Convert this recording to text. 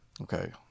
Okay